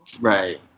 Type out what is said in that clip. Right